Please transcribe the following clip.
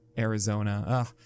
Arizona